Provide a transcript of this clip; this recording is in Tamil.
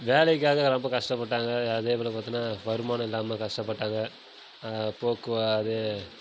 வேலைக்காக ரொம்ப கஷ்டப்பட்டாங்க அதேபோல் பார்த்தோன்னா வருமானம் இல்லாமல் கஷ்டப்பட்டாங்க அதை போக்குவா இது